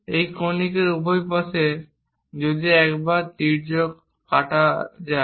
এই কনিকর উভয় পাশে যদি একবার তির্যক কাটা যায়